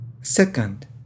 Second